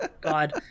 God